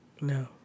No